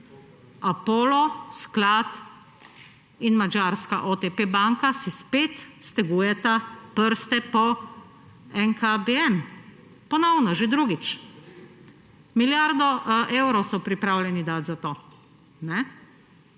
Apollo in madžarska banka OTP spet stegujeta prste po NKBM. Ponovno, že drugič. Milijardo evrov so pripravljeni dati za to.